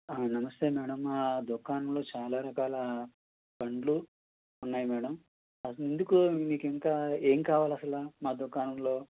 నమస్తే మేడం మా దుకాణంలో చాలా రకాల పండ్లు ఉన్నాయి మేడం అసలు ఎందుకు మీకింకా ఏం కావాలి అసలు మా దుకాణంలో